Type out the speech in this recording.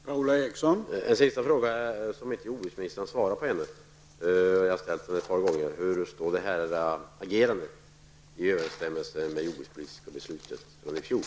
Herr talman! Jag vill ställa en sista fråga om något som jordbruksministern ännu inte har svarat på. Jag har ställt den ett par gånger förut. Hur står detta agerande i överensstämmelse med det jordbrukspolitiska beslut som fattades i fjol?